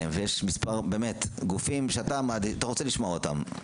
ויש מספר גופים שאתה רוצה לשמוע אותם.